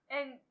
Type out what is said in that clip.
And-